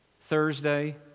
Thursday